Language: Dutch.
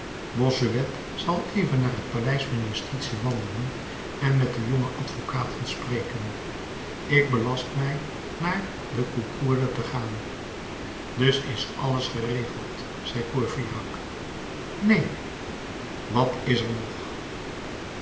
bossuet zal even naar het paleis van justitie wandelen en met de jonge advocaten spreken ik belast mij naar de cougourde te gaan dus is alles geregeld zei courfeyrac neen wat is er nog